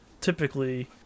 typically